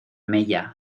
mella